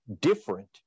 different